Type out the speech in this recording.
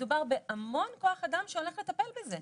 מדובר בהמון כוח אדם שהולך לטפל בזה.